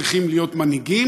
צריכים להיות מנהיגים,